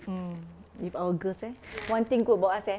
mm with our girls eh one thing good about us eh